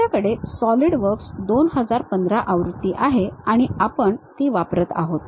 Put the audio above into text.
आपल्याकडे सॉलिडवर्क्स 2015 आवृत्ती आहे आणि आपण ती वापरत आहोत